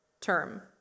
term